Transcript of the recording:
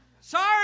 Sorry